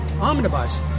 omnibus